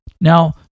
now